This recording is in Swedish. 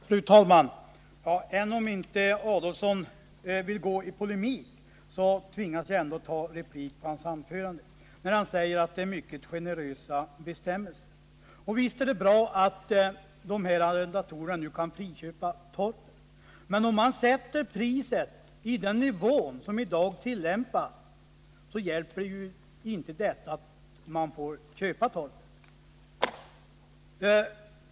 Fru talman! Även om herr Adolfsson inte vill gå in i polemik, tvingas jag bemöta hans anförande. Han säger nämligen att det föreslås mycket generösa bestämmelser. Visst är det bra att arrendatorn nu kan friköpa torpet, men om prisnivån är så hög som i dag hjälper det inte att han har denna rätt.